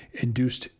Induced